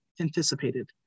anticipated